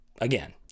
again